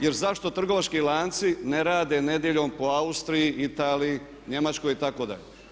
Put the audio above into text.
Jer zašto trgovački lanci ne rade nedjeljom po Austriji, Italiji, Njemačkoj itd.